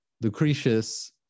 Lucretius